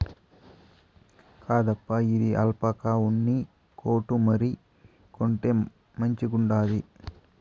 కాదప్పా, ఇది ఆల్పాకా ఉన్ని కోటు మరి, కొంటే మంచిగుండాది